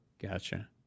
Gotcha